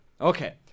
Okay